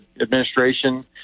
administration